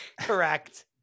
Correct